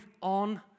on